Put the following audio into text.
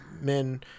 men